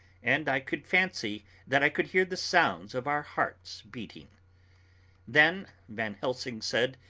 and i could fancy that i could hear the sound of our hearts beating then van helsing said,